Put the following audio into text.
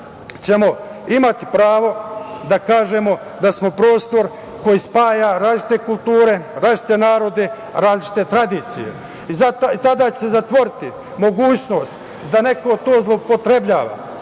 način imati pravo da kažemo da smo prostor koji spaja različite kulture, različite narode, različite tradicije. Tada će se zatvoriti mogućnost da neko to zloupotrebljava,